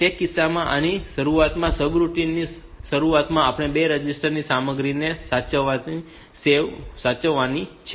તે કિસ્સામાં આની શરૂઆતમાં સબરૂટીન ની શરૂઆતમાં આપણે તે 2 રજીસ્ટર ની સામગ્રીને સાચવવાની છે